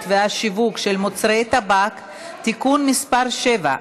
והשיווק של מוצרי טבק (תיקון מס' 7),